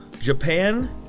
Japan